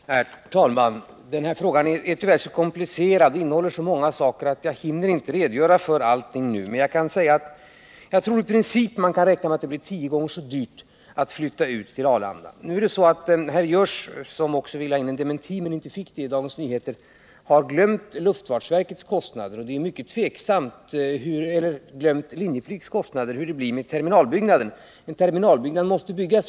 Herr talman! Den här frågan är tyvärr så komplicerad och innehåller så många saker att jag inte hinner att redogöra för allting nu. Jag tror emellertid att man i princip kan räkna med att det blir tio gånger så dyrt att flytta ut till Arlanda. Herr Görs, som ville ha in en dementi i Dagens Nyheter men som inte fick det, har glömt Linjeflygs kostnader. Det är mycket osäkert hur det blir med terminalbyggnaden. En terminalbyggnad för 100 milj.kr. måste byggas.